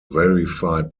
verified